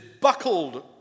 buckled